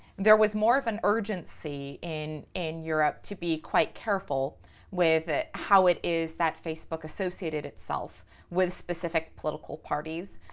there was more of an urgency in in europe to be quite careful with how it is that facebook associated itself with specific political parties,